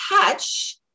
catch